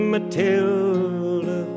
Matilda